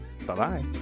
Bye-bye